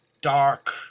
dark